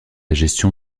gestion